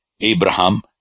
Abraham